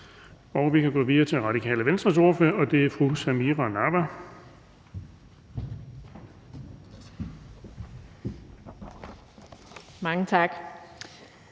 Vi kan gå videre til Radikale Venstres ordfører, og det er fru Samira Nawa. Kl.